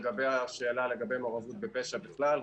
לגבי השאלה על מעורבות בפשע בכלל,